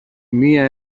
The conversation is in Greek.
μια